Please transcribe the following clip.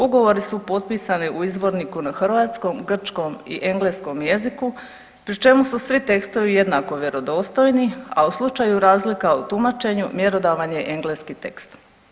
Ugovori su potpisani u izvorniku na hrvatskom, grčkom i engleskom jeziku pri čemu su svi tekstovi jednako vjerodostojni, a u slučaju razlika u tumačenju mjerodavan je engleski tekst.